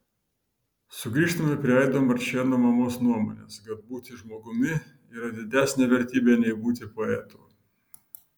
sugrįžtame prie aido marčėno mamos nuomonės kad būti žmogumi yra didesnė vertybė nei būti poetu